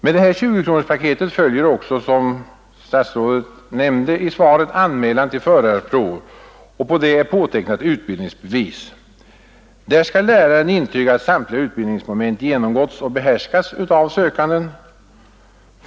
Med det här 20-kronorspaketet följer också, såsom statsrådet nämnde i svaret, ”Anmälan till förarprov” på vilket är påtecknat ”Utbildningsbevis”. Där skall läraren intyga att samtliga utbildningsmoment genomgåtts och behärskas av sökanden.